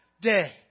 day